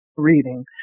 reading